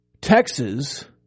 Texas